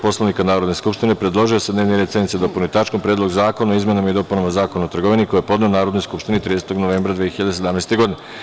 Poslovnika Narodne skupštine, predložio je da se dnevni red sednice dopuni tačkom – Predlog zakona o izmenama i dopuni Zakona o trgovini, koji je podneo Narodnoj skupštini 30. novembra 2017. godine.